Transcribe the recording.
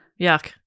Yuck